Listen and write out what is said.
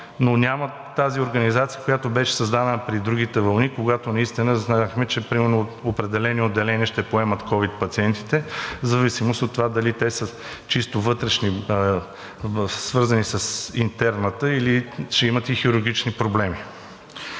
но нямат тази организация, която беше създадена при другите вълни, когато наистина знаехме, че примерно определени отделения ще поемат ковид пациентите в зависимост от това дали те са чисто вътрешни – свързани с интерната, или ще имат и хирургични проблеми.